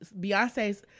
beyonce's